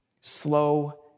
Slow